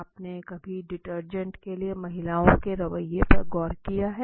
आपने कभी डिटर्जेंट के लिए महिलाओं के रवैया पर गौर किया है